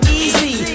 easy